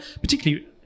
particularly